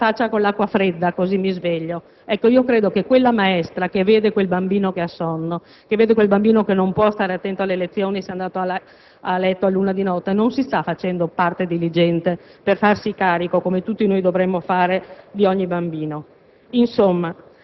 che si lava la faccia con l'acqua fredda, così si sveglia. Credo che la maestra che vede quel bambino assonnato, che non può stare attento alle lezioni se è andato a letto all'una di notte, non si stia facendo parte diligente per farsi carico, come tutti noi dovremmo fare, di ogni bambino.